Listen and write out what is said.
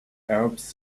arabs